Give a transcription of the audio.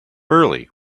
early